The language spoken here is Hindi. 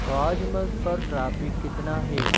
राजमार्ग पर ट्रैफिक कितना है